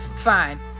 fine